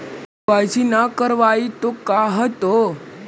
KYC न करवाई तो का हाओतै?